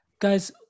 Guys